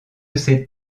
ces